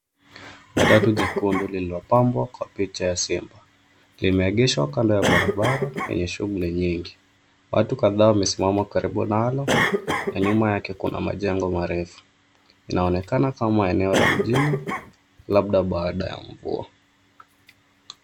Matatu jekundu lililopambwa kwa picha ya simu. Limeegeshwa kando ya barabara yenye shughuli nyingi. Watu kadhaa wamesimama karibu nalo na nyuma yake kuna majengo marefu. Inaonekana kama eneo la mjini labda baada ya mvua.